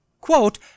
quote